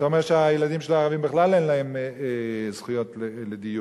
אתה אומר שהילדים של הערבים בכלל אין להם זכויות לדיור.